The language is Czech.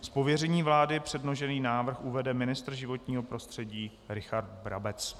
Z pověření vlády předložený návrh uvede ministr životního prostředí Richard Brabec.